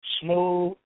smooth